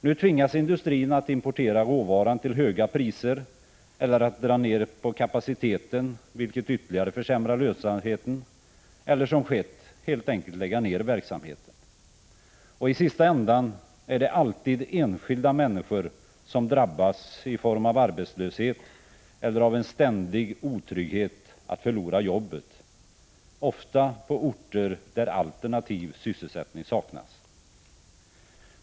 Nu tvingas industrin att importera råvaran till höga priser, att dra ner på kapaciteten, vilket ytterligare försämrar lönsamheten, eller helt enkelt att lägga ner verksamheten, vilket har skett. I sista ändan är det alltid enskilda människor som drabbas i form av arbetslöshet eller av en ständig otrygghet att förlora jobbet — ofta på orter där alternativ sysselsättning saknas.